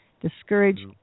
discourage